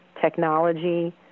technology